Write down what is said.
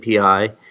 API